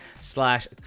slash